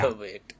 wait